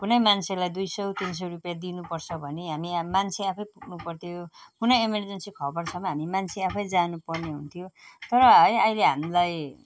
कुनै मान्छेलाई दुई सय तिन सय रुपियाँ दिनु पर्छ भने हामी मान्छे आफै पुग्नु पर्थ्यो कुनै इमर्जेन्सी खबरसम्म हामी मान्छे आफै जानु पर्ने हुन्थ्यो तर है अहिले हामीलाई